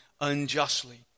unjustly